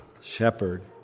shepherd